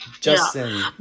Justin